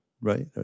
right